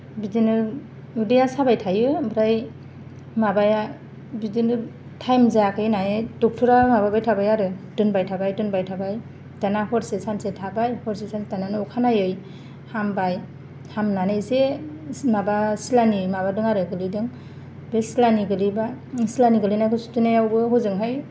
बिदिनो उदैया साबाय थायो ओमफ्राय माबाया बिदिनो टाइम जायाखै होननानै डक्टरा माबाबाय थाबाय आरो दोनबाय थाबाय दोनबाय थाबाय दाना हरसे सानसे थाबाय हरसे सानसे थानानै अखानायै हामबाय हामनानै इसे माबा सिलानि माबादों आरो गोलैदों बे सिलानि गोलैबा सिलानि गोलैनायखौ सुथेनायावबो हजोंहाय